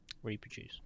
Reproduce